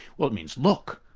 well it means look,